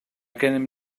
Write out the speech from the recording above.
gennym